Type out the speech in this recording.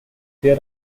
there